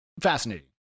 fascinating